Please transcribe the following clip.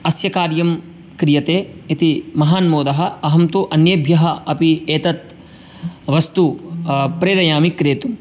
अस्य कार्यं क्रियते इति महान् मोदः अहं तु अन्येभ्यः अपि एतद् वस्तु प्रेरयामि क्रेतुम्